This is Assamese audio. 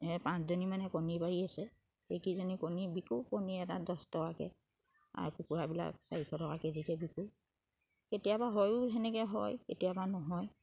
পাঁচজনী মানে কণী পাৰি আছে এইকেইজনী কণী বিকো কণী এটা দহ টকাকে আৰু কুকুৰাবিলাক চাৰিশ টকা কেজিকে বিকো কেতিয়াবা হয়ো সেনেকে হয় কেতিয়াবা নহয়